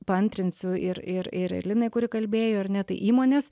paantrinsiu ir ir ir linai kuri kalbėjo ar ne tai įmonės